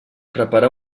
prepara